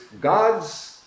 God's